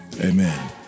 amen